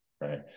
right